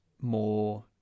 more